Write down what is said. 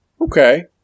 Okay